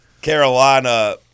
Carolina